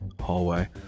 hallway